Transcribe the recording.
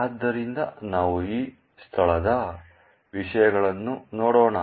ಆದ್ದರಿಂದ ನಾವು ಈ ಸ್ಥಳದ ವಿಷಯಗಳನ್ನು ನೋಡೋಣ